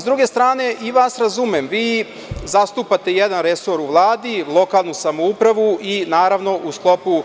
S druge strane, ja i vas razumem, vi zastupate jedan resor u Vladi, lokalnu samoupravu i, naravno, u sklopu